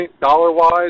dollar-wise